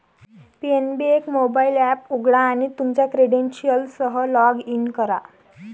PNB एक mobile app उघडा आणि तुमच्या क्रेडेन्शियल्ससह लॉग इन करा